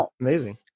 Amazing